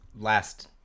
last